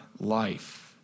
life